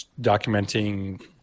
documenting